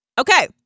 Okay